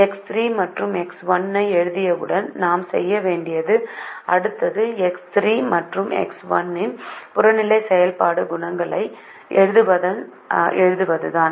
X 3 மற்றும் x 1 ஐ எழுதியவுடன் நாம் செய்ய வேண்டியது அடுத்தது எக்ஸ் 3 மற்றும் எக்ஸ் 1 இன் புறநிலை செயல்பாடு குணகங்களை எழுதுவதுதான்